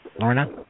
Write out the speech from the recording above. Lorna